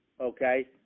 okay